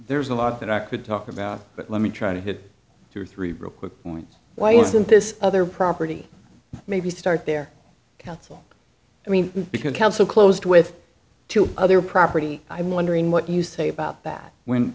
there's a lot that i could talk about but let me try to hit through three real quick points why isn't this other property maybe start their counsel i mean because kelso closed with two other property i wondering what you say about that when